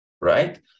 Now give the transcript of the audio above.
right